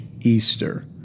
Easter